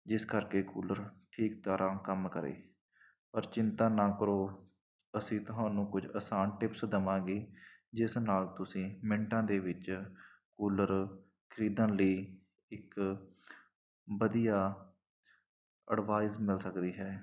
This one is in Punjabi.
ਜਿਸ ਕਰਕੇ ਕੂਲਰ ਠੀਕ ਤਰ੍ਹਾਂ ਕੰਮ ਕਰੇ ਪਰ ਚਿੰਤਾ ਨਾ ਕਰੋ ਅਸੀਂ ਤੁਹਾਨੂੰ ਕੁਝ ਅਸਾਨ ਟਿਪਸ ਦਵਾਂਗੇ ਜਿਸ ਨਾਲ ਤੁਸੀਂ ਮਿੰਟਾਂ ਦੇ ਵਿੱਚ ਕੂਲਰ ਖਰੀਦਣ ਲਈ ਇੱਕ ਵਧੀਆ ਅਡਵਾਈਜ ਮਿਲ ਸਕਦੀ ਹੈ